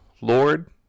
Lord